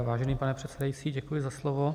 Vážený pane předsedající, děkuji za slovo.